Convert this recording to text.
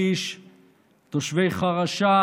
בסדר,